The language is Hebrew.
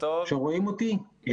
אני